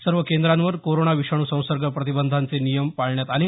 सर्व केंद्रांवर कोरोना विषाणू संसर्ग प्रतिबंधाचे नियम पाळण्यात आले